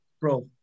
Bro